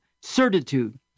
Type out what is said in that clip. certitude